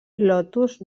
lotus